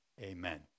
Amen